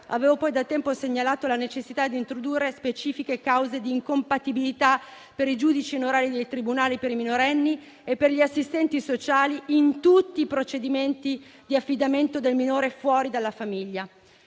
avevo da tempo segnalato la necessità di introdurre specifiche cause di incompatibilità per i giudici onorari dei tribunali per i minorenni e per gli assistenti sociali in tutti i procedimenti di affidamento del minore fuori dalla famiglia.